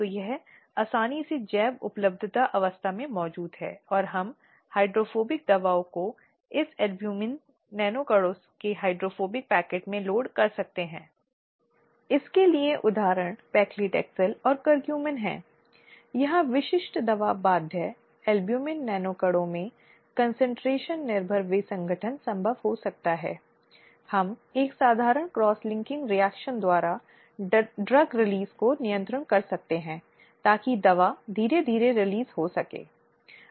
अब आंतरिक शिकायत समिति को उन मुद्दों पर गौर करना चाहिए जो महिलाएं सामना कर रही हैं और मुद्दों को देखने में मुख्य तथ्य आंतरिक शिकायत समिति को उन शिकायतों का निर्धारण करना है जो इसके पहले और बनाने के लिए आती हैं कि उस संबंध में आवश्यक जांच और एक निष्कर्ष पर आने के लिए जांच समिति के रूप में कार्य करना और नियोक्ता को उस कार्रवाई के संबंध में उचित सिफारिशें देना जो उस व्यक्ति के खिलाफ की जा सकती है और यौन उत्पीड़न के आरोप जो स्थापित किया गया के बारे में कहा जाता है